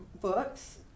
books